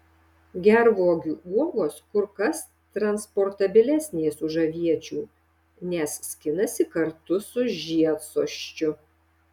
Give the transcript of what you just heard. gervuogių uogos kur kas transportabilesnės už aviečių nes skinasi kartu su žiedsosčiu